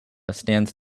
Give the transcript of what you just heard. stands